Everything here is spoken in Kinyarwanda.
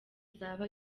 izaba